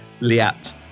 Liat